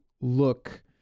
look